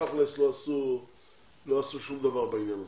תכל'ס לא עשו דבר בעניין הזה.